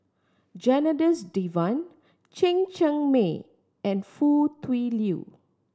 Janadas Devan Chen Cheng Mei and Foo Tui Liew